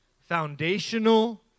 foundational